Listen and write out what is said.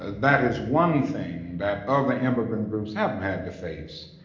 and that is one thing that other immigrant groups haven't had to face.